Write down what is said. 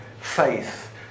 faith